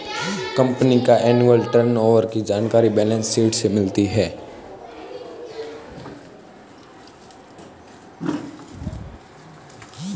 company का annual turnover की जानकारी बैलेंस शीट से मिलती है